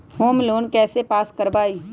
Home loan कैसे pass कर बाबई?